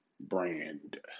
Brand